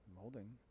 Molding